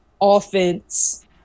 offense